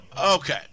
Okay